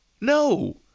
No